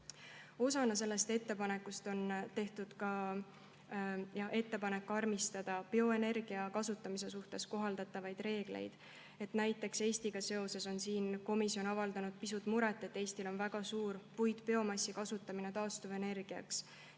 Selle ettepaneku osana on tehtud ka ettepanek karmistada bioenergia kasutamise suhtes kohaldatavaid reegleid. Näiteks Eestiga seoses on komisjon avaldanud pisut muret, et Eestil on väga suur puitbiomassi osakaal taastuvenergiana